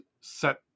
set